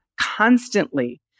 constantly